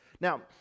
Now